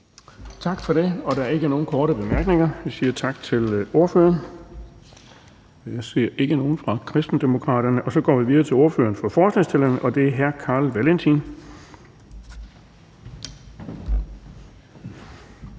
Tak for det. Der er ikke nogen korte bemærkninger, og så siger vi tak til ordføreren. Jeg ser ikke nogen fra Kristendemokraterne, og så går vi videre til ordføreren for forslagsstillerne, og det er hr. Carl Valentin.